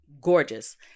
gorgeous